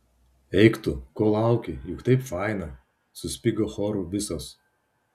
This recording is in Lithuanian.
eik tu ko lauki juk taip faina suspigo choru visos